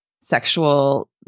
sexual